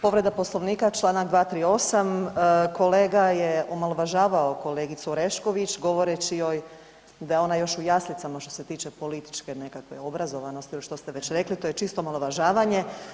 Povreda Poslovnika čl. 238. kolega je omalovažavao kolegicu Orešković govoreći joj da je ona još u jaslicama što se tiče političke obrazovanosti ili što ste već rekli, to je čisto omalovažavanje.